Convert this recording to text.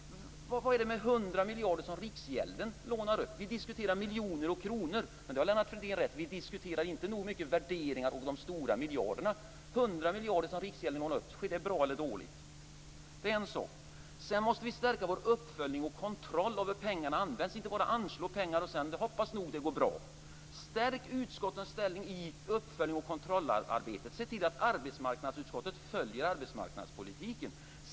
Vad är det för 100 miljarder som Riksgälden lånar upp? Vi diskuterar miljoner och kronor, men Lennart Fridén har rätt då han säger att vi inte nog diskuterar värderingar och de stora miljarderna. Att Riksgälden lånar upp 100 miljarder, är det bra eller dåligt? Det är en sådan fråga. Sedan måste vi stärka vår uppföljning och kontroll av hur pengarna används. Vi skall inte bara anslå pengar och hoppas att det går bra. Stärk utskottens ställning i uppföljnings och kontrollarbetet! Se till att arbetsmarknadsutskottet följer arbetsmarknadspolitiken!